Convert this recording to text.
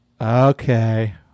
Okay